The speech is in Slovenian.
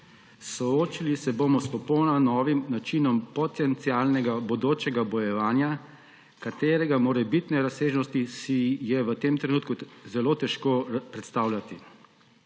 Soočili se bomo s popolnoma novim načinom potencialnega bodočega bojevanja, katerega morebitne razsežnosti si je v tem trenutku zelo težko predstavljati.